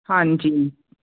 ਹਾਂਜੀ